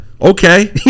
Okay